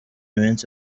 iminsi